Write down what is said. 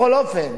בכל אופן,